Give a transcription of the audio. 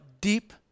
deep